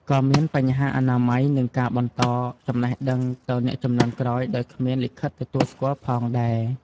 ក៏មានបញ្ហាអនាម័យនិងការបន្តចំណេះដឹងទៅអ្នកជំនាន់ក្រោយដោយគ្មានលិខិតទទួលស្គាល់ផងដែរ។